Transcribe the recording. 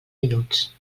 minuts